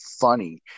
funny